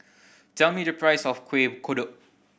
tell me the price of Kueh Kodok